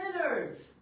sinners